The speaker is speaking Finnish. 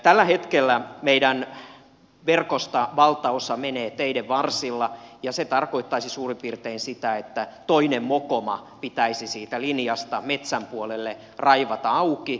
tällä hetkellä meidän verkostamme valtaosa menee teiden varsilla ja se tarkoittaisi suurin piirtein sitä että toinen mokoma pitäisi siitä linjasta metsän puolelle raivata auki